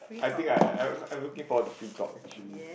I think I I I'm looking forward to free talk actually